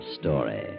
story